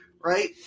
right